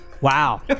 Wow